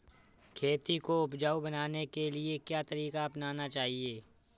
खेती को उपजाऊ बनाने के लिए क्या तरीका अपनाना चाहिए?